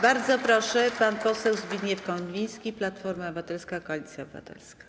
Bardzo proszę, pan poseł Zbigniew Konwiński, Platforma Obywatelska - Koalicja Obywatelska.